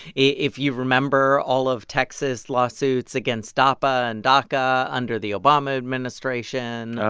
if you remember all of texas' lawsuits against dapa and daca under the obama administration? oh,